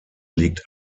liegt